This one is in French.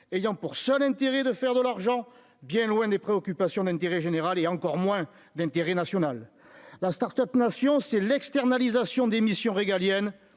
ayant pour seul intérêt de faire de l'argent, bien loin des préoccupations d'intérêt général et encore moins d'intérêt national, la Start-Up nation c'est l'externalisation des missions régaliennes